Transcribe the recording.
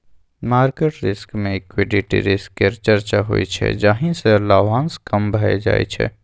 market risk मे equity risk केर चर्चा होइ छै जाहि सँ लाभांश कम भए जाइ छै